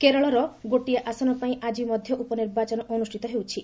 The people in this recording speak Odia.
କେରଳହ ଗୋଟିଏ ଆସନପାଇଁ ଆଜି ମଧ୍ୟ ଉପନିର୍ବାଚନ ଅନୁଷ୍ଠିତ ହେଉଛି